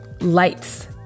lights